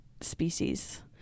species